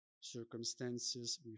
circumstances